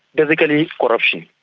basically, corruption.